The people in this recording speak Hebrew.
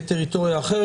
לדברים.